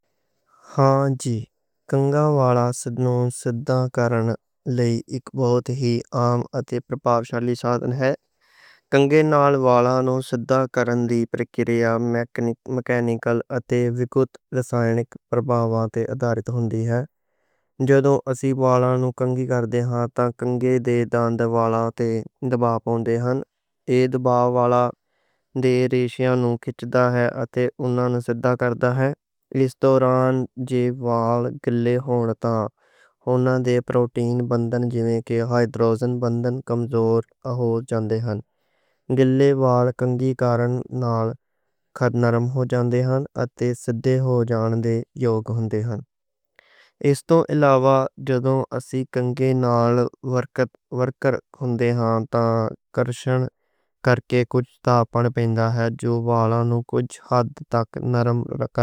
ہوندی کنگھی نال بالاں نوں سِدھا کرنے لئی اک بہت ہی عام۔ اتھے پرباوشالی سادھن ہے کنگھے نال بالاں نوں سِدھا کرنے دی۔ پراکِریا میکانیکل اتے کُجھ رسائنک پرباواں تے۔ آدھارت ہوندی ہے جدوں اسی بالاں نوں کنگھی کردے ہاں تاں کنگھے۔ دے دنداں تے دبا پاؤندے ہاں، ایہ دبا بالاں دیاں ریشیاں نوں کِچ دا۔ ہے اتے اُنہاں نوں سِدھا کر دا ہے۔ اس دوران جے بال گیلے ہون، تاں اوہناں دے پروٹین بندھن جیویں کہ ہائیڈروجن بندھن کمزور۔ ہون دے ہن۔ اس توں علاوہ جدوں اسی کنگھے نال ہون دے ہاں، تاں گھرشن کرکے کُجھ سٹَیٹِک کارن ہوندا ہے، جو بالاں نوں کُجھ حد۔ تک نرم رکھدا ہے۔